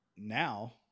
Now